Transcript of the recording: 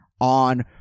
on